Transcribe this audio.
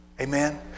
Amen